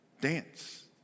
dance